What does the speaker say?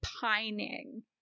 pining